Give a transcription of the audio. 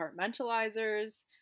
compartmentalizers